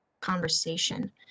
conversation